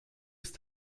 ist